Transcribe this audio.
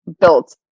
built